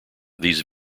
these